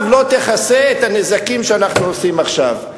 לא תכסה את הנזקים שאנחנו עושים עכשיו.